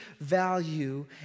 value